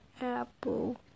Apple